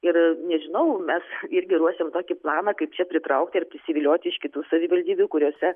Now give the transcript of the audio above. ir nežinau mes irgi ruošiam tokį planą kaip čia pritraukti ir prisivilioti iš kitų savivaldybių kuriose